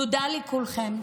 תודה לכולכם.